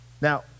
Now